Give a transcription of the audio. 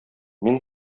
мин